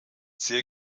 sehr